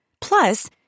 Plus